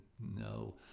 no